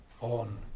on